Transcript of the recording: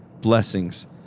blessings